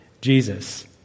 jesus